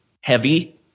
heavy